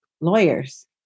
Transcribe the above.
lawyers